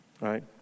right